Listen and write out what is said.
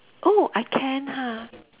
oh I can ha